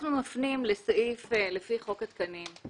אנחנו מפנים לסעיף לפי חוק התקנים.